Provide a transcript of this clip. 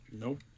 Nope